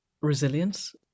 resilience